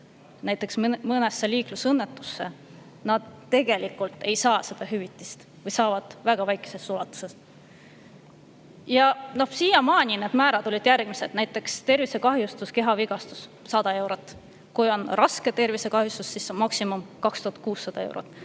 näiteks mõnesse liiklusõnnetusse, ei saa seda hüvitist või saavad väga väikeses ulatuses. Siiamaani need määrad olid järgmised. Näiteks tervisekahjustuse, kehavigastuse puhul 100 eurot. Kui on raske tervisekahjustus, siis on maksimum 2600 eurot.